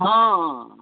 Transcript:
हँ